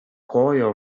coil